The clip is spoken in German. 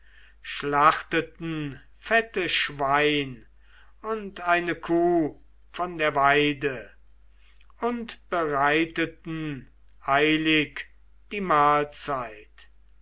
schlachteten fette schwein und eine kuh von der weide und bereiteten eilig die mahlzeit